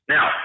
Now